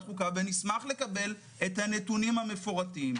החוקה ונשמח לקבל את הנתונים המפורטים,